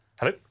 Hello